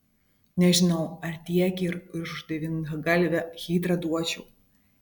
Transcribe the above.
nežinau ar tiek ir už devyngalvę hidrą duočiau